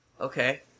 Okay